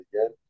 again